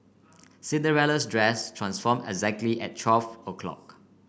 Cinderella's dress transform exactly at twelve o' clock